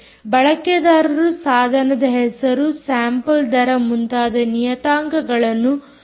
ಬಳಕೆದಾರರು ಸಾಧನದ ಹೆಸರು ಸ್ಯಾಂಪಲ್ ದರ ಮುಂತಾದ ನಿಯತಾಂಕಗಳನ್ನು ಟೈಪ್ ಮಾಡಬಹುದು